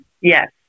yes